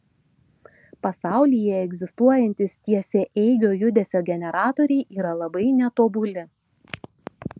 pasaulyje egzistuojantys tiesiaeigio judesio generatoriai yra labai netobuli